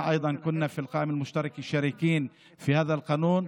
גם אנחנו ברשימה המשותפת היינו שותפים לחוק הזה.